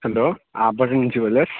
hello Abharana jewellers